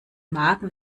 magen